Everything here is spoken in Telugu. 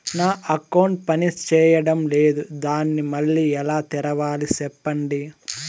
నా అకౌంట్ పనిచేయడం లేదు, దాన్ని మళ్ళీ ఎలా తెరవాలి? సెప్పండి